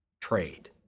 trade